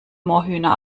moorhühner